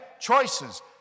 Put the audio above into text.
choices